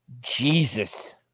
Jesus